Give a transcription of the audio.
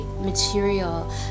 material